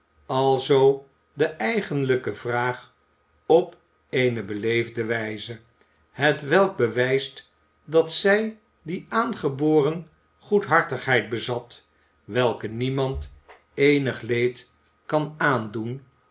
alzoo de eigenlijke vraag op eene beleefde wijze hetwelk bewijst dat zij die aangeboren goedhartigheid bezat welke niemand eenig leed kan aandoen